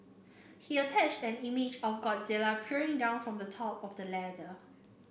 he attached an image of Godzilla peering down from the top of the ladder